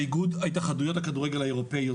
זה איגוד התאחדויות הכדורגל האירופאיות.